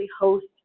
host